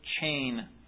chain